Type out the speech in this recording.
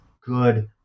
good